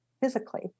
Physically